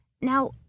now